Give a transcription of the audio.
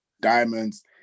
diamonds